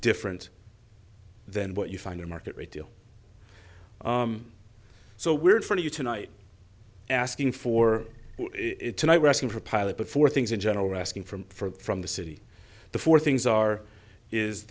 different than what you find a market rate deal so weird for you tonight asking for it tonight we're asking for a pilot but for things in general are asking for from the city the four things are is